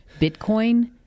Bitcoin